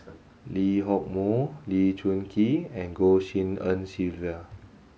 Lee Hock Moh Lee Choon Kee and Goh Tshin En Sylvia